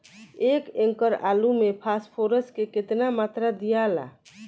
एक एकड़ आलू मे फास्फोरस के केतना मात्रा दियाला?